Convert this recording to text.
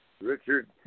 Richard